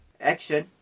Action